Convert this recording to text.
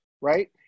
right